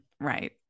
Right